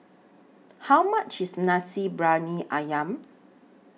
How much IS Nasi Briyani Ayam